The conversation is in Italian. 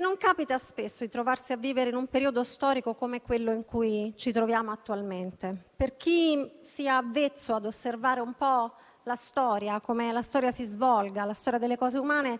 Non capita spesso di trovarsi a vivere in un periodo storico come quello in cui ci troviamo attualmente. Chi è avvezzo ad osservare un po' come si svolge la storia, la storia delle cose umane,